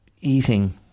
eating